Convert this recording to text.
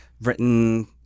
written